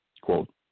quote